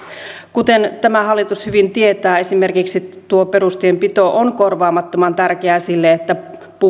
kuten tämä hallitus hyvin tietää esimerkiksi perustienpito on korvaamattoman tärkeää sille että puu